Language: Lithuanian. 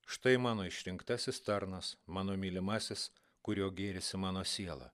štai mano išrinktasis tarnas mano mylimasis kuriuo gėrisi mano siela